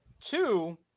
Two